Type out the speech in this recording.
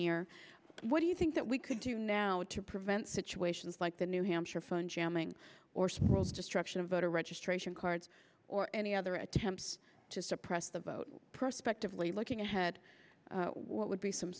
year what do you think that we could do now to prevent situations like the new hampshire phone jamming or sprawls destruction of voter registration cards or any other attempts to suppress the vote perspectively looking ahead what would be some